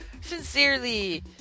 Sincerely